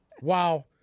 Wow